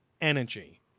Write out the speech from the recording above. energy